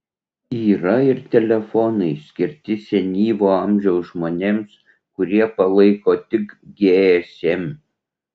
yra ir telefonai skirti senyvo amžiaus žmonėms kurie palaiko tik gsm